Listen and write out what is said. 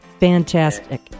Fantastic